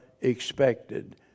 expected